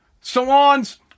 Salons